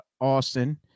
Austin